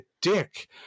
dick